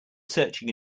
searching